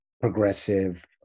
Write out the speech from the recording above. progressive